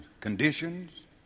conditions